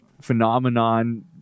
phenomenon